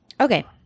Okay